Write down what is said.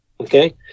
okay